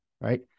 Right